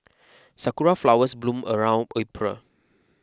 sakura flowers bloom around April